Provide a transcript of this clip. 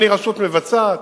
אני רשות מבצעת,